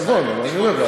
נכון, אבל אני אומר לך.